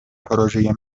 پروژه